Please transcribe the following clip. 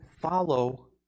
follow